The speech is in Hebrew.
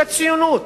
זה ציונות.